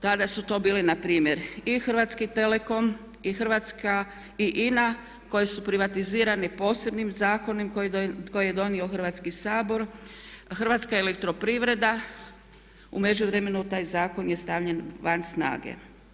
Tada su to bile npr. i Hrvatski telekom i Hrvatska i INA koje su privatizirane posebnim zakonom koji je donio Hrvatski sabor, Hrvatska elektroprivreda u međuvremenu taj zakon je stavljen van snage.